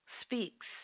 speaks